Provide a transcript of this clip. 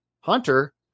Hunter